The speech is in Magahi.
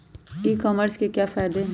ई कॉमर्स के क्या फायदे हैं?